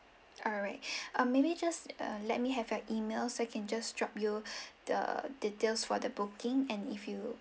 alright um maybe just uh let me have your email so I can just drop you the details for the booking and if you